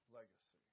legacy